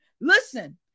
Listen